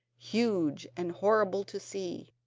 huge and horrible to see.